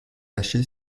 lâché